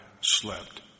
slept